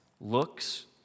looks